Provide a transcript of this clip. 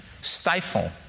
stifle